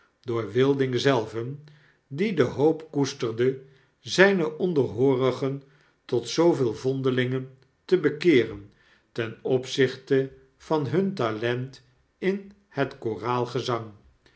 door vilding zelven die de hoop koesterde zijne onderhoorigen tot zoovele vondelingen te bekeeren ten opzichte van hun talent in het koraalgezang